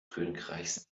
königreichs